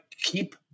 keep